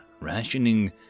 rationing